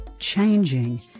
changing